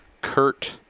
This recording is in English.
Kurt